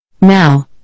Now